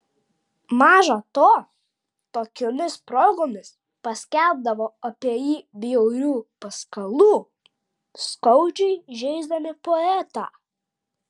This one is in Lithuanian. maža to tokiomis progomis paskelbdavo apie jį bjaurių paskalų skaudžiai žeisdami poetą